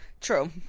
True